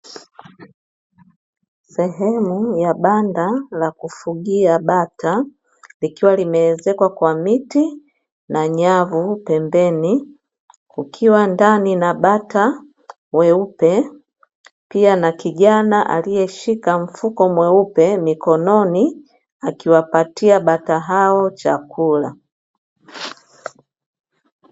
Sehemu ya banda la kufugia bata likiwa limeezekwa kwa miti na nyavu pembeni kukiwa ndani na bata weupe pia na kijana aliyeshika mfuko mweupe mikononi akiwapatia bata hao chakula.